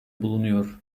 bulunuyor